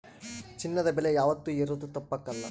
ಚಿನ್ನದ ಬೆಲೆ ಯಾವಾತ್ತೂ ಏರೋದು ತಪ್ಪಕಲ್ಲ